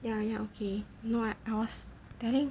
ya ya okay no I I was telling